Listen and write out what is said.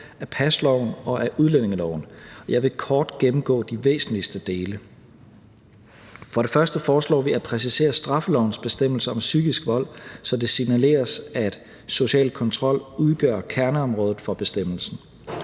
af pasloven og af udlændingeloven, og jeg vil kort gennemgå de væsentligste dele. For det første foreslår vi at præcisere straffelovens bestemmelser om psykisk vold, så det signaleres, at social kontrol udgør kerneområdet for bestemmelsen.